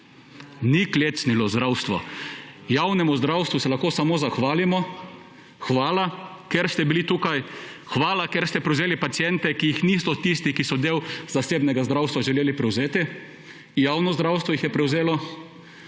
Ni klecnilo zdravstvo, javnemu zdravstvu se lahko samo zahvalimo. Hvala, ker ste bili tukaj, hvala, ker ste prevzeli paciente, ki jih niso želeli prevzeti tisti, ki so del zasebnega zdravstva! Javno zdravstvo jih je prevzelo.